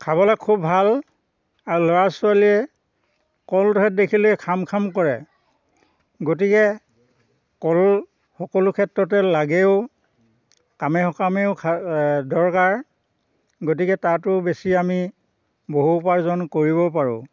খাবলে খুব ভাল আৰু ল'ৰা ছোৱালীয়ে কল ধৰক দেখিলেই খাম খাম কৰে গতিকে কল সকলো ক্ষেত্ৰতে লাগেও কামে সকামেও খা দৰকাৰ গতিকে তাতো বেচি আমি বহু উপাৰ্জন কৰিব পাৰোঁ